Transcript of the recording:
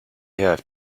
have